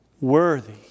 Worthy